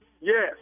Yes